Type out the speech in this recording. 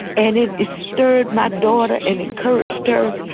and it stirred my daughter and encouraged her.